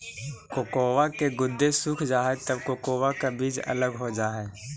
cocoa के गुदे सूख जा हई तब कोकोआ का बीज अलग हो जा हई